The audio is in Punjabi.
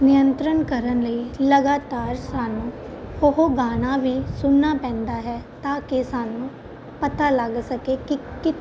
ਨਿਯੰਤਰਨ ਕਰਨ ਲਈ ਲਗਾਤਾਰ ਸਾਨੂੰ ਉਹ ਗਾਣਾ ਵੀ ਸੁਣਨਾ ਪੈਂਦਾ ਹੈ ਤਾਂ ਕਿ ਸਾਨੂੰ ਪਤਾ ਲੱਗ ਸਕੇ ਕਿ ਕਿ